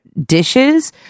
dishes